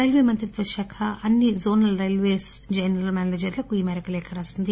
railway మంత్రిత్వ శాఖ అన్ని జోనల్ రైల్వేస్ జనరల్ మేనేజర్లకు ఈ మేరకు లేఖ రాసింది